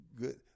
good